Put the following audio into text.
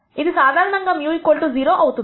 ఇది సాధారణంగా μ 0 అవుతుంది